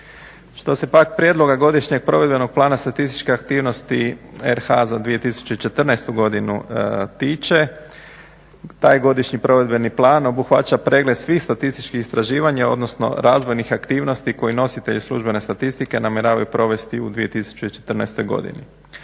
Što se pak prijedloga Godišnjeg provedbenog plana statističke aktivnosti RH za 2014. godinu tiče taj godišnji provedbeni plan obuhvaća pregled svih statističkih istraživanja, odnosno razvojnih aktivnosti koje nositelji službene statistike namjeravaju provesti u 2014. godini.